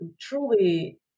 truly